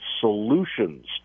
solutions